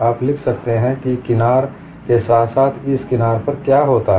आप लिख सकते हैं कि उस किनार के साथ साथ इस किनार पर क्या होता है